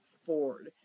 Ford